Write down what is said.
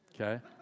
okay